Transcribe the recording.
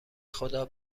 خدا